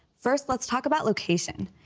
first let's talk about location.